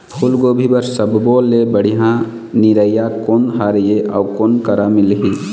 फूलगोभी बर सब्बो ले बढ़िया निरैया कोन हर ये अउ कोन करा मिलही?